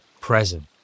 present